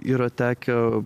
yra tekę